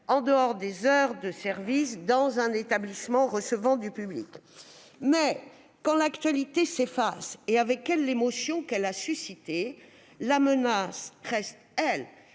en dehors des heures de service dans un établissement recevant du public ? Quand l'actualité s'efface, et avec elle l'émotion qu'elle a suscitée, la menace reste, elle,